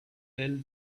fell